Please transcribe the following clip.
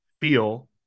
feel